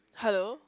hello